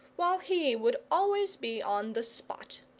while he would always be on the spot.